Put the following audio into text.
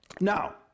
Now